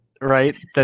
right